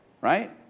Right